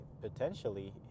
potentially